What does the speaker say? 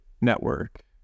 network